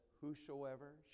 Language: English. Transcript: whosoever